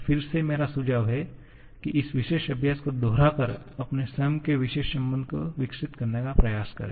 फिर से मेरा सुझाव है इस विशेष अभ्यास को दोहराकर अपने स्वयं के विशेष संबंध विकसित करने का प्रयास करें